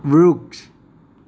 વૃક્ષ